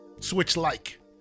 Switch-like